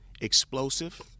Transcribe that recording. explosive